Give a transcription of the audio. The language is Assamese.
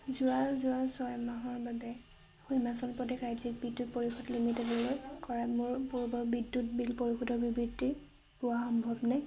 যোৱা যোৱা ছয় মাহৰ বাবে হিমাচল প্ৰদেশ ৰাজ্যিক বিদ্যুৎ পৰিষদ লিমিটেডলৈ কৰা মোৰ পূৰ্বৰ বিদ্যুৎ বিল পৰিশোধৰ বিবৃতি পোৱা সম্ভৱনে